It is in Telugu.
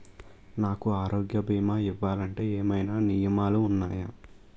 నాకు ఆరోగ్య భీమా ఇవ్వాలంటే ఏమైనా నియమాలు వున్నాయా?